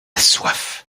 soif